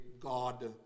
God